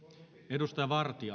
arvoisa